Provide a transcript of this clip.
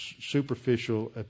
superficial